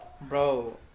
Bro